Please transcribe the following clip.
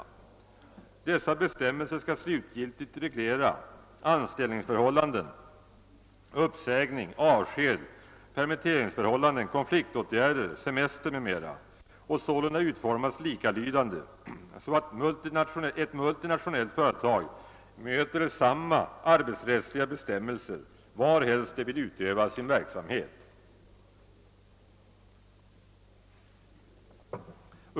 Dessa bestämmelser skall slutgiltigt reglera anställningsförhållanden, uppsägning, avsked, permitteringsförhållanden, konfliktåtgärder, semester m.m. och sålunda utformas likalydande så att ett multinationellt företag möter samma arbetsrättsliga bestämmelser varhelst det vill utöva sin verksamhet.